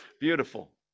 Beautiful